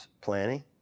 planning